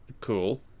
Cool